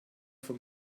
von